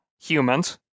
humans